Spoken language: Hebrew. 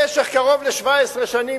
במשך קרוב ל-17 שנים,